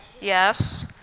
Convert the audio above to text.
yes